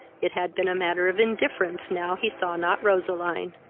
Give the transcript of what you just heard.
it had been a matter of indifference now he saw not roseline